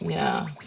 yeah.